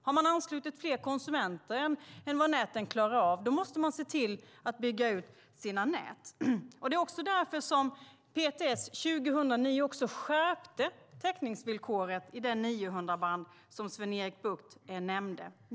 Har man anslutit fler konsumenter än vad näten klarar av måste man se till att bygga ut sina nät. Det var därför som PTS 2009 skärpte täckningsvillkoret i det 900-band som Sven-Erik Bucht nämnde.